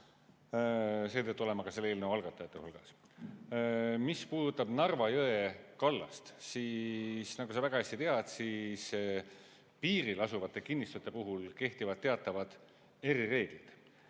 Mis puudutab Narva jõe kallast, siis, nagu sa väga hästi tead, piiril asuvate kinnistute puhul kehtivad teatavad erireeglid.